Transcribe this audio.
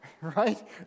Right